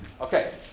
Okay